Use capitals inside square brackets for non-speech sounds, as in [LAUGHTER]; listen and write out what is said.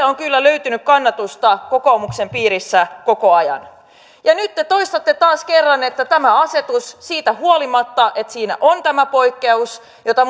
[UNINTELLIGIBLE] on kyllä löytynyt kannatusta kokoomuksen piirissä koko ajan ja nyt te toistatte taas kerran että tämä asetus siitä huolimatta että siinä on tämä poikkeus jota [UNINTELLIGIBLE]